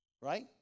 right